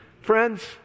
Friends